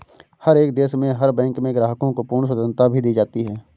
हर एक देश में हर बैंक में ग्राहकों को पूर्ण स्वतन्त्रता भी दी जाती है